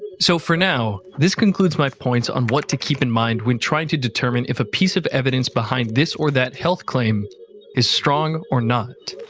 so for now, this concludes my points on what to keep in mind when trying determine if a piece of evidence behind this or that health claim is strong or not.